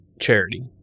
charity